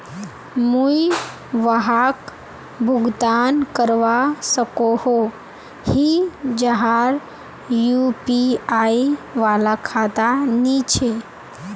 मुई वहाक भुगतान करवा सकोहो ही जहार यु.पी.आई वाला खाता नी छे?